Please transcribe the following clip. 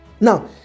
Now